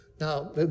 Now